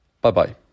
Bye-bye